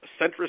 centrist